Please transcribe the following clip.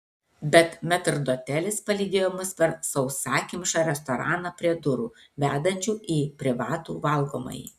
bet metrdotelis palydėjo mus per sausakimšą restoraną prie durų vedančių į privatų valgomąjį